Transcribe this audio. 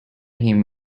him